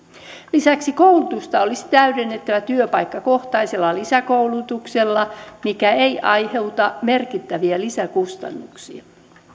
lisäksi koulutusta olisi täydennettävä työpaikkakohtaisella lisäkoulutuksella mikä ei aiheuta merkittäviä lisäkustannuksia